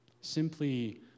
Simply